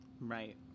right